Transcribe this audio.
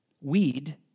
weed